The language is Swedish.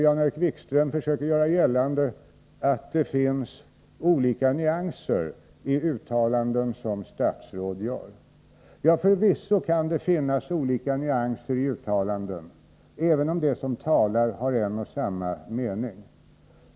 Jan-Erik Wikström försöker göra gällande att det finns olika nyanser i uttalanden som statsråd gör. Ja, förvisso kan det göra det, även om de som talar vill uttrycka en och samma mening.